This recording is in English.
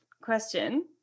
question